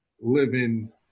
living